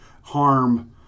harm